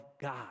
God